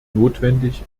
notwendig